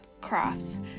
crafts